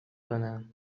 کنم